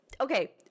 Okay